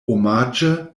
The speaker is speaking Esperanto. omaĝe